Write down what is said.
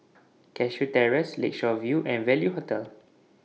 Cashew Terrace Lakeshore View and Value Hotel